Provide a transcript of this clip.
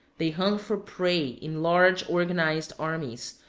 they hunt for prey in large organized armies,